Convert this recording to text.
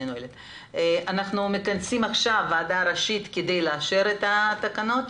את הוועדה הראשית, כדי לאשר את התקנות,